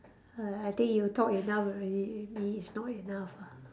uh I think you talk enough already me it's not enough ah